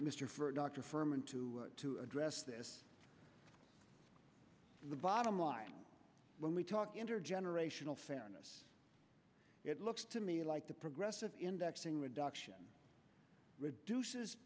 for dr firman to to address this the bottom line when we talk intergenerational fairness it looks to me like the progressive indexing reduction reduces